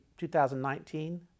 2019